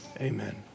Amen